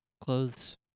clothes